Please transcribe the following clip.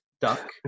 duck